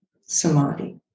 samadhi